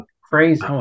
Crazy